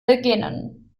beginnen